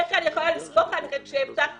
איך אני יכולה לסמוך עליכם כשהבטחתם